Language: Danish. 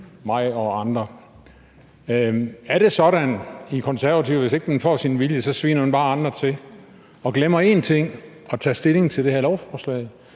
mig og andre. Er det sådan hos Konservative, at man, hvis ikke man får sin vilje, så bare sviner andre til og glemmer én ting, nemlig at tage stilling til det her lovforslag?